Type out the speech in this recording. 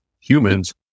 humans